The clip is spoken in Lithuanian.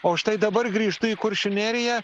o štai dabar grįžtu į kuršių neriją